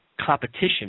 competition